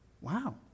wow